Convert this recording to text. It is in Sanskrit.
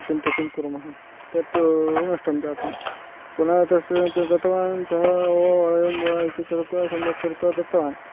किन्तु किं कुर्मः तत् नष्टं जातं पुनः तत्समीपे गतवान् सः ओ अयं वा इति कृत्वा सम्यक् कृत्वा दत्तवान्